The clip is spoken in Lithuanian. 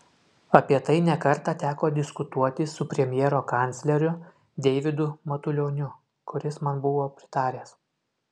apie tai ne kartą teko diskutuoti su premjero kancleriu deividu matulioniu kuris man buvo pritaręs